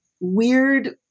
weird